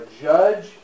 judge